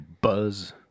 Buzz